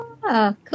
Cool